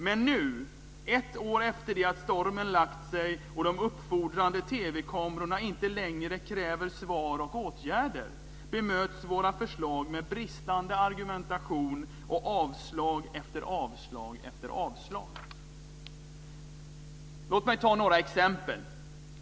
Men nu, ett år efter det att stormen lagt sig och de uppfordrande TV-kamerorna inte längre kräver svar och åtgärder, bemöts våra förslag med bristande argumentation och avslag efter avslag efter avslag. Låt mig ta några exempel.